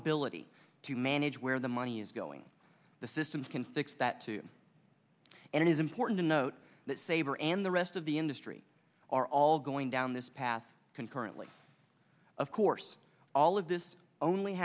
ability to manage where the money is going the systems can fix that too and it is important to note that saver and the rest of the industry are all going down this path concurrently of course all of this only